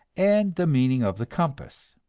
and the meaning of the compass.